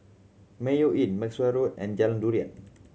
Mayo Inn Maxwell Road and Jalan Durian